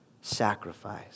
sacrifice